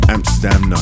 Amsterdam